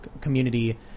community –